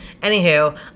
anywho